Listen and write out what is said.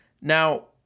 Now